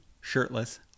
shirtless